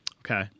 Okay